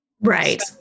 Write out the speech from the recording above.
Right